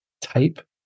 type